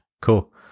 cool